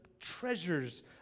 treasures